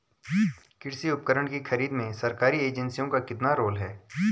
कृषि उपकरण की खरीद में सरकारी एजेंसियों का कितना रोल है?